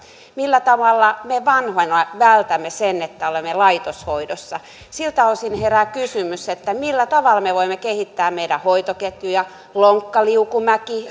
millä tavalla me vanhana vältämme sen että olemme laitoshoidossa siltä osin herää kysymys millä tavalla me voimme kehittää meidän hoitoketjuja lonkkaliukumäki